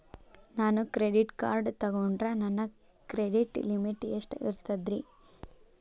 ನಾನು credit card ತೊಗೊಂಡ್ರ ನನ್ನ ಕ್ರೆಡಿಟ್ ಲಿಮಿಟ್ ಎಷ್ಟ ಇರ್ತದ್ರಿ?